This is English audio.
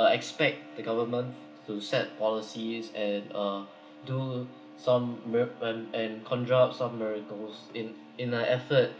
uh expect the government to set policies and uh do some mira~ and construct some miracles in in a effort